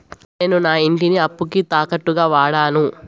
నేను నా ఇంటిని అప్పుకి తాకట్టుగా వాడాను